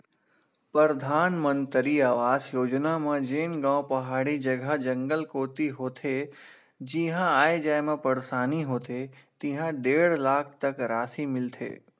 परधानमंतरी आवास योजना म जेन गाँव पहाड़ी जघा, जंगल कोती होथे जिहां आए जाए म परसानी होथे तिहां डेढ़ लाख तक रासि मिलथे